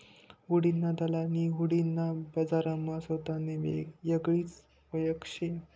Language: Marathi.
हुंडीना दलालनी हुंडी ना बजारमा सोतानी येगळीच वयख शे